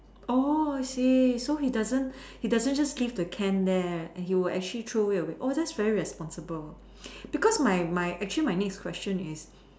oh I see so he doesn't he doesn't just leave the can there he'll actually throw it away oh that's very responsible because my my actually my next question is